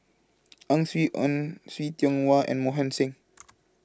Ang Swee Aun See Tiong Wah and Mohan Singh